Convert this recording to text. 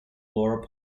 laura